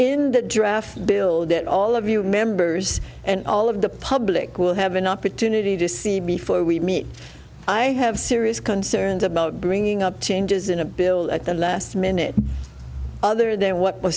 in the draft build that all of you members and all of the public will have an opportunity to see before we meet i have serious concerns about bringing up changes in a bill that the last minute other than what w